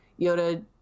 Yoda